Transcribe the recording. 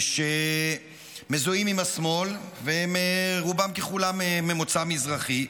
שמזוהים עם השמאל, והם רובם ככולם ממוצא מזרחי.